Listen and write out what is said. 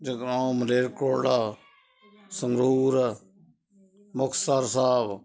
Jagraon Malerkotla Sangrur Muktsar Sahib